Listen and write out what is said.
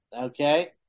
Okay